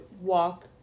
walk